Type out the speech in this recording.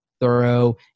thorough